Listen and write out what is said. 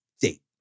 date